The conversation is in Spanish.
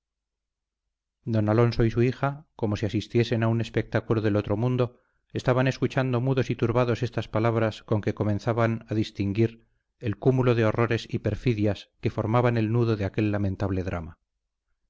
don alonso y su hija como si asistiesen a un espectáculo del otro mundo estaban escuchando mudos y turbados estas palabras con que comenzaban a distinguir el cúmulo de horrores y perfidias que formaban el nudo de aquel lamentable drama